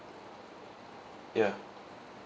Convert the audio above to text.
ya